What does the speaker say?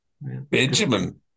Benjamin